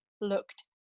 looked